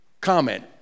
comment